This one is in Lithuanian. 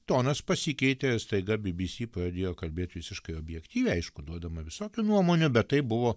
tonas pasikeitė staiga bybysy pradėjo kalbėt visiškai objektyviai aišku duodama visokių nuomonių bet tai buvo